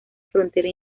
frontera